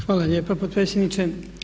Hvala lijepa potpredsjedniče.